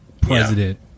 president